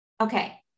Okay